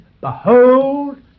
Behold